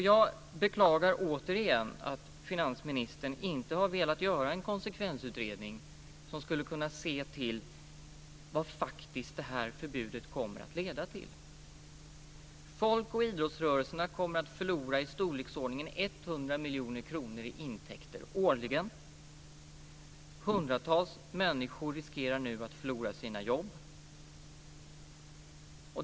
Jag beklagar återigen att finansministern inte har velat göra en konsekvensutredning som skulle kunna se vad det här förbudet faktiskt kommer att leda till. Folk och idrottsrörelserna kommer att förlora i storleksordningen 100 miljoner kronor i intäkter årligen. Hundratals människor riskerar nu att förlora sina jobb.